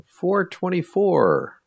424